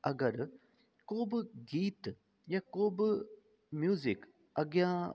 अगरि को बि गीत या को बि म्यूज़िक अॻियां